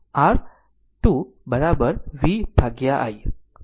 આમ આમ R2 V i થશે